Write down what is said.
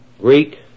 Greek